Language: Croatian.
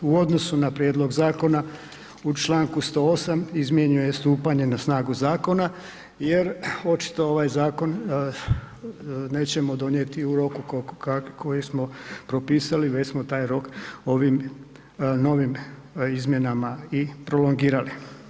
U odnosu na prijedlog zakona u Članku 108. izmijenjeno je stupanje na snagu zakona jer očito ovaj zakon nećemo donijeti koji smo propisali već smo taj rok ovim novim izmjenama i prolongirali.